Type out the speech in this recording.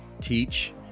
teach